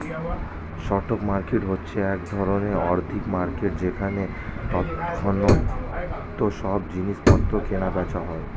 stock market হচ্ছে এক ধরণের আর্থিক মার্কেট যেখানে তৎক্ষণাৎ সব জিনিসপত্র কেনা বেচা হয়